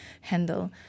handle